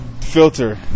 filter